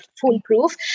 foolproof